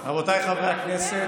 רבותיי, חברי הכנסת,